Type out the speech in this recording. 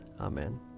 Amen